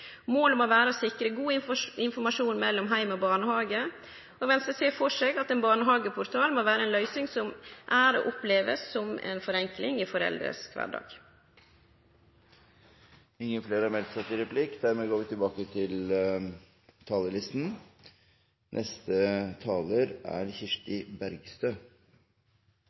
Målet må vere å sikre god informasjon mellom heim og barnehage, og Venstre ser føre seg at ein barnehageportal må vere ei løysing som er og blir opplevd som ei forenkling i kvardagen til foreldra. Replikkordskiftet er